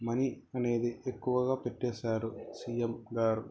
money అనేది ఎక్కువగా పెట్టేశారు సీఎమ్ గారు